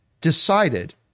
decided